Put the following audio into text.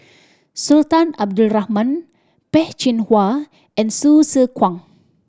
Sultan Abdul Rahman Peh Chin Hua and Hsu Tse Kwang